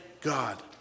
God